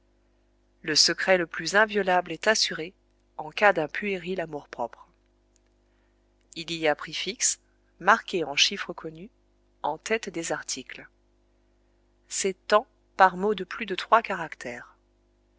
le secret le plus inviolable est assuré en cas d'un puéril amour-propre il y a prix fixe marqué en chiffres connus en tête des articles c'est tant par mot de plus de trois caractères